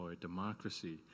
democracy